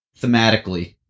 thematically